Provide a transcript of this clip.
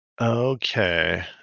Okay